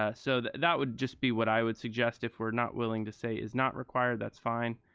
ah so that would just be what i would suggest if we're not willing to say is not required, that's fine.